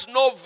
no